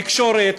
בתקשורת,